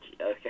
Okay